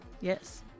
Yes